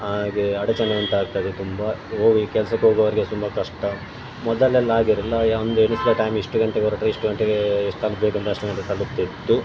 ಹಾಗೆ ಅಡಚಣೆ ಉಂಟಾಗ್ತದೆ ತುಂಬ ಹೋಗಿ ಕೆಲ್ಸಕ್ಕೆ ಹೋಗುವವರಿಗೆ ತುಂಬ ಕಷ್ಟ ಮೊದಲೆಲ್ಲ ಆಗಿರಲಿಲ್ಲ ಒಂದು ಎಣಿಸಿದ ಟೈಮ್ ಇಷ್ಟು ಗಂಟೆಗೆ ಹೊರಟ್ರೆ ಇಷ್ಟು ಗಂಟೆಗೆ ಎಷ್ಟು ತಲುಪಬೇಕಂತ ಅಷ್ಟು ಗಂಟೆಗೆ ತಲುಪ್ತಿತ್ತು